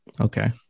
okay